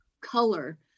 color